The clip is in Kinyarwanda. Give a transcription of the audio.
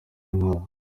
intwaro